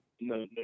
no